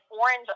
orange